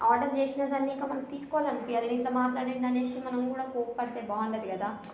order చేసినా కానీ ఇంకా మనకు తీసుకోవాలనిపించదు ఇట్లా మాట్లాడాడా అనేసి మనం కూడా కోప్పడితే బాగుండదు కదా